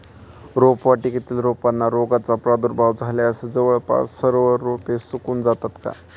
रोपवाटिकेतील रोपांना रोगाचा प्रादुर्भाव झाल्यास जवळपास सर्व रोपे सुकून जातात का?